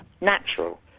natural